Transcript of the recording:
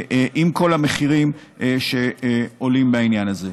עם כל המחירים שעולים בעניין הזה.